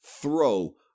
throw